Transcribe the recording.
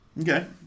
Okay